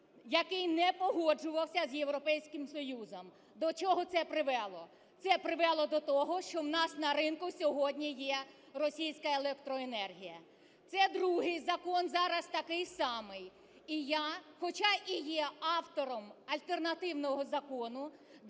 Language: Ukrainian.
який не погоджувався з Європейським Союзом. До чого це привело? Це привело до того, що в нас на ринку сьогодні є російська електроенергія. Це другий закон зараз, такий самий. І я хоча і є автором альтернативного закону